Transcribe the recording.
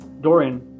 Dorian